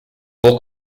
può